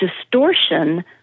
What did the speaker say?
distortion